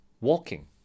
walking